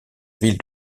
ville